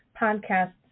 podcasts